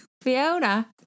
Fiona